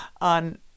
on